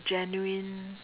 genuine